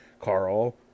Carl